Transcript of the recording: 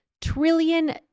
trillion